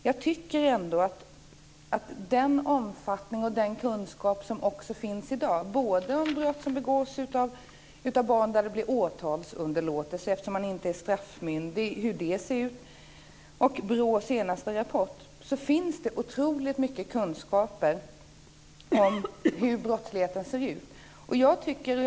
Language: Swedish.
Jag tycker ändå att det finns oerhört mycket kunskaper redan i dag om brott begångna av barn, både sådana som på grund av straffomyndighet leder till åtalsunderlåtelse och sådana som redovisas i BRÅ:s senaste rapport.